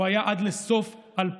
הוא היה עד לסוף 2019,